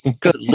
good